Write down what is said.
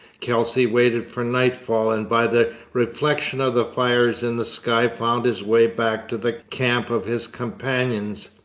kelsey waited for nightfall and by the reflection of the fires in the sky found his way back to the camp of his companions.